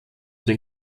den